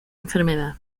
enfermedad